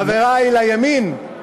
חברי לימין,